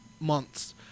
months